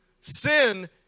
Sin